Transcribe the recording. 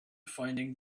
finding